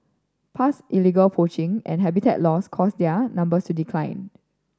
past illegal poaching and habitat loss caused their numbers to decline